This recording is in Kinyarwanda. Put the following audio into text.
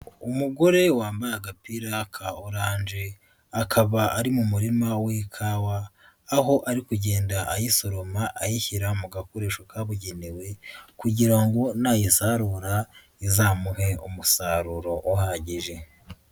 Umugore wambaye agapira ka orange, akaba ari mu murima w'ikawa, aho ari kugenda ayisoroma ayishyira mu gakoresho kabugenewe kugira ngo nayisarura izamuhe umusaruro uhagije.